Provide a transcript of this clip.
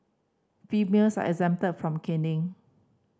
females are exempted from caning